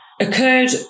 occurred